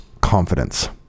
confidence